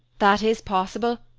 that is possible,